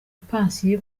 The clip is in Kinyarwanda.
pansiyo